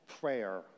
prayer